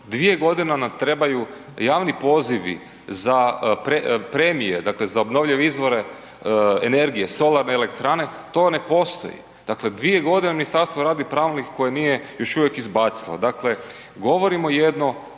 Dvije godine nam trebaju, javni pozivi za premije, dakle za obnovljive izvore energije, solarne elektrane, to ne postoji. Dakle dvije godine ministarstvo radi pravilnik koji nije još uvijek izbacilo. Dakle, govorimo jedno,